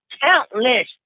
countless